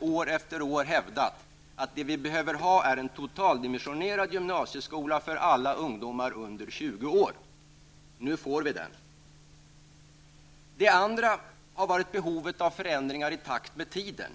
år efter år hävdat att vad som behövs är en totaldimensionerad gymnasieskola för alla ungdomar under 20 år. Nu får vi en sådan. För det andra har det handlat om behovet av förändringar i takt med tiden.